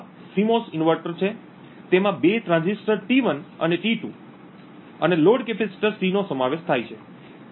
તો આ CMOS inverter છે તેમાં બે ટ્રાંઝિસ્ટર T1 અને T2 અને લોડ કેપેસિટર C નો સમાવેશ થાય છે